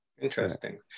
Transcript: Interesting